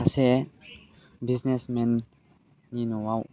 सासे बिजनेस मेननि न'आव